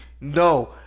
no